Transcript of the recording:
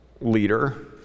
leader